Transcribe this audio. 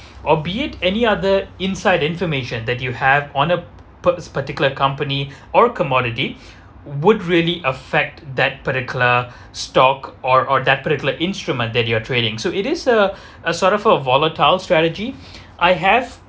or be it any other inside information that you have on the purpose particular company or commodity would really affect that particular stock or or that particular instrument that you are trading so it is a a sort of a volatile strategy I have